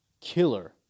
killer